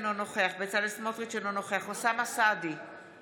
אינו נוכח בצלאל סמוטריץ' אינו נוכח אוסאמה סעדי,